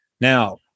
Now